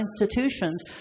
institutions